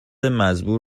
مزبور